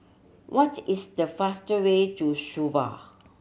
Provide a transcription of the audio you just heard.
what is the faster way to Suva